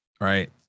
right